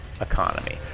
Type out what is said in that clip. economy